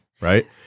Right